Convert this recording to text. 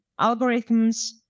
algorithms